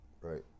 right